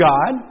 God